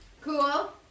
Cool